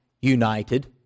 united